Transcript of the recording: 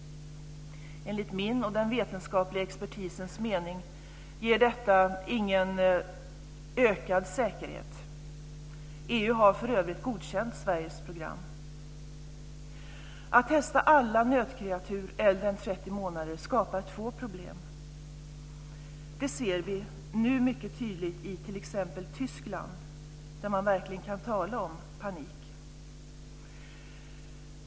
Enligt min och den vetenskapliga expertisens mening ger detta ingen ökad säkerhet. EU har för övrigt godkänt Sveriges program. Att testa alla nötkreatur äldre än 30 månader skapar två problem. Det ser vi mycket tydligt i t.ex. Tyskland, där man verkligen kan tala om panik.